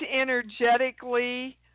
energetically